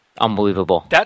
unbelievable